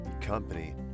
company